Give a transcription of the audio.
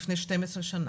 לפני 12 שנים.